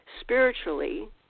spiritually